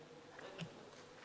נא להצביע.